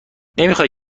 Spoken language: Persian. نمیخای